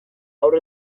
haur